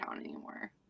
anymore